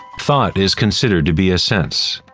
thought is considered to be a sense.